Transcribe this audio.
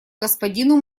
господину